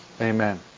Amen